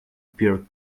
pure